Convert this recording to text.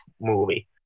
movie